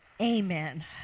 Amen